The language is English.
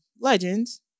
legends